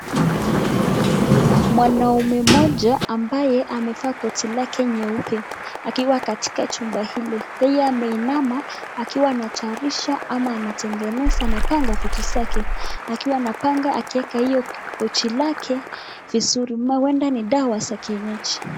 Mwanaume mmoja ambaye amevaa koti lake nyeupe akiwa katika chumba hili. Yeye ameinama akiwa anatayarisha ama anatengeneza anapanga vitu zake akiwa anapanga akiwa akieka hiyo pochi lake vizuri. Huenda ni dawa za kienyeji.